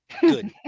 Good